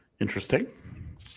Interesting